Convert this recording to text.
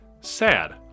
sad